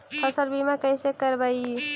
फसल बीमा कैसे करबइ?